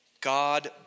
God